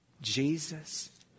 Jesus